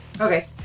Okay